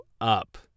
up